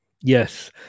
Yes